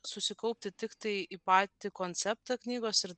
susikaupti tiktai į patį konceptą knygos ir